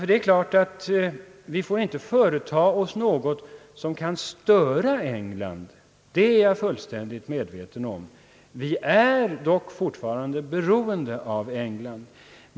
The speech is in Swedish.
Det är klart att vi inte får företa oss något som kan störa England. Det är jag fullständigt medveten om. Vi är dock fortfarande beroende av England.